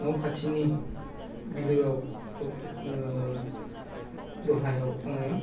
न' खाथिनि बिलोआव दलहायाव आङो